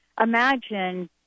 Imagine